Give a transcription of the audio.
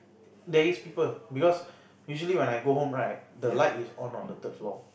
there is people because usually when I go home right the light is on on the third floor